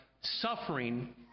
suffering